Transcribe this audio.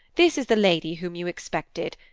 this is the lady whom you expected.